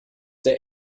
der